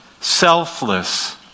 selfless